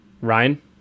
Ryan